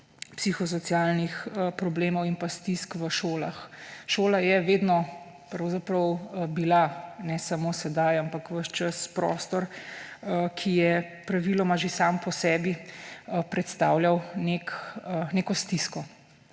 psihosocialnih problemov in stisk v šolah. Šola je vedno pravzaprav bila ne samo sedaj, ampak ves čas, prostor, ki je praviloma že sam po sebi predstavljal neko stisko.